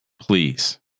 Please